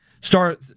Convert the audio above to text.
start